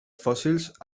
fòssils